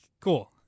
cool